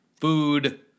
food